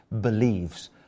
believes